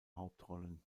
hauptrollen